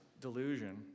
delusion